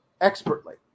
Expertly